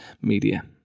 media